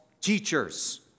teachers